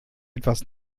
etwas